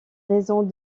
raisons